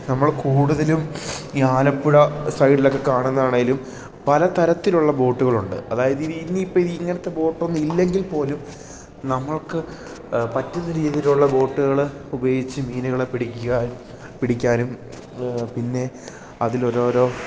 നമ്മൾ കൂടുതലും ഈ ആലപ്പുഴ സൈഡിലൊക്കെ കാണുന്നതാണെങ്കിലും പല തരത്തിലുള്ള ബോട്ടുകളുണ്ട് അതായത് ഇനി ഇനിയിപ്പോൾ ഇനി ഇങ്ങനത്തെ ബോട്ടൊന്നും ഇല്ലെങ്കിൽപ്പോലും നമ്മൾക്ക് പറ്റുന്ന രീതിയിലുള്ള ബോട്ടുകൾ ഉപയോഗിച്ച് മീനുകളെ പിടിക്കാൻ പിടിക്കാനും പിന്നെ അതിലൊരോരോ